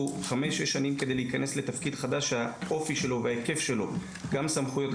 חמש-שש שנים כדי להיכנס לתפקיד חדש שהאופי שלו וההיקף שלו גם בסמכויות,